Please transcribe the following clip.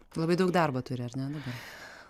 labai daug darbo turi ar ne dabar